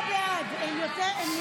52 בעד, 58